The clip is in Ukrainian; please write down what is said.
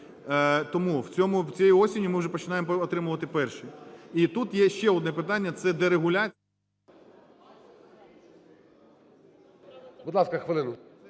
Тому цієї осені ми вже починаємо отримувати перші. І тут є ще одне питання, це дерегуляція… ГОЛОВУЮЧИЙ. Будь ласка, хвилину.